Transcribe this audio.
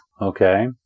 Okay